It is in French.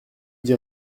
dit